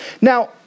Now